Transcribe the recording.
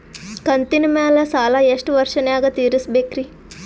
ಕಂತಿನ ಮ್ಯಾಲ ಸಾಲಾ ಎಷ್ಟ ವರ್ಷ ನ್ಯಾಗ ತೀರಸ ಬೇಕ್ರಿ?